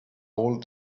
all